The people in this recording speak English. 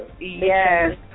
Yes